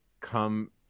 come